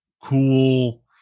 cool